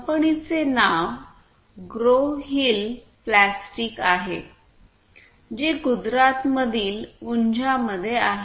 कंपनीचे नाव Grohill plastic आहे जे गुजरातमधील उंझामध्ये आहे